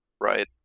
Right